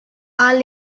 are